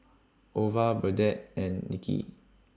Ova Burdette and Nicki